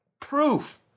proof